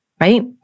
Right